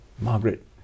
Margaret